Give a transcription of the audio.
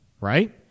right